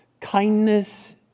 kindness